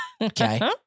Okay